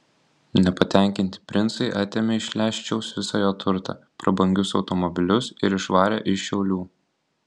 nepatenkinti princai atėmė iš leščiaus visą jo turtą prabangius automobilius ir išvarė iš šiaulių